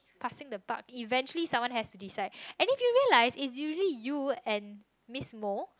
passing the bark eventually someone has to decide and did you realize is usually you and miss mo